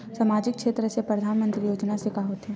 सामजिक क्षेत्र से परधानमंतरी योजना से का होथे?